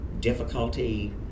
difficulty